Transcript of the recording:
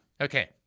Okay